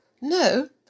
no